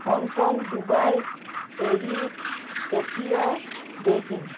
Hong Kong Dubai Paris Tokyo Beijing